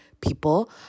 people